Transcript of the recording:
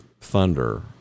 thunder